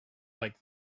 like